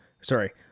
Sorry